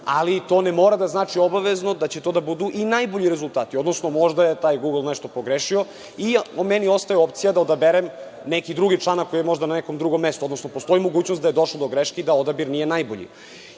ali to ne mora da znači obavezno da će to da budu i najbolji rezultati, odnosno možda je taj „Gugl“ nešto pogrešio i meni ostaje opcija da odaberem neki drugi članak koji je možda na nekom drugom mestu, odnosno postoji mogućnost da je došlo do grešaka, da odabir nije najbolji. Upravo